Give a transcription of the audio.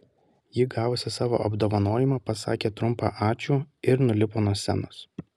ji gavusi savo apdovanojimą pasakė trumpą ačiū ir nulipo nuo scenos